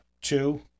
two